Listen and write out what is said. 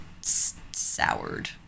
soured